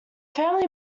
family